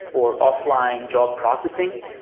or offline job processing,